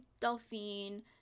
Delphine